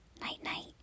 Night-night